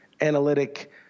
analytic